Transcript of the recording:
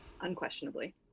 Unquestionably